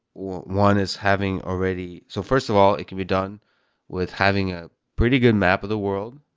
one is having already so first of all, it can be done with having a pretty good map of the world,